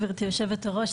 גברתי היושבת-ראש,